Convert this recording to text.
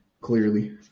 Clearly